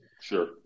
sure